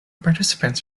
participants